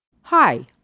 Hi